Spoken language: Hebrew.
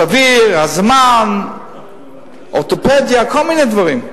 זמן סביר, אורתופדיה, כל מיני דברים,